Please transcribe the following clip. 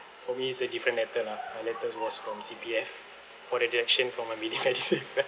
for me it's a different letter lah my letter was from C_P_F for the deduction for my effect